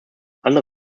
under